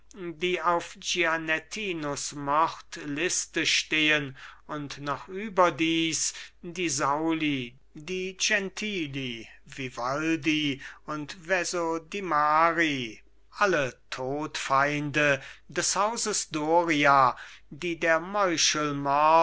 die auf gianettinos mordliste stehen und noch überdies die sauli die gentili vivaldi und vesodimari alle todfeinde des hauses doria die der